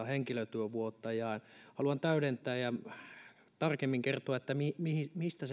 henkilötyövuotta ja haluan täydentää ja tarkemmin kertoa mistä mistä